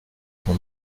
ton